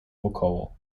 wokoło